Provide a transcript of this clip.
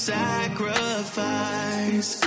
sacrifice